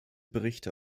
berichte